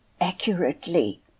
accurately